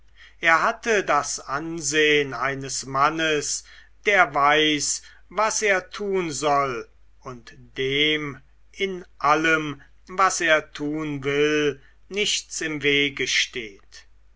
er hatte das ansehen eines mannes der weiß was er tun soll und dem in allem was er tun will nichts im wege steht